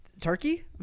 Turkey